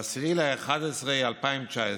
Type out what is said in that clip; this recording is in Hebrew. ב-10 בנובמבר 2019